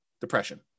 depression